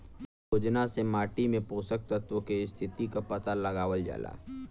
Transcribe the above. योजना से माटी में पोषक तत्व के स्थिति क पता लगावल जाला